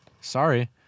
Sorry